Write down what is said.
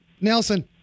Nelson